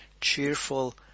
cheerful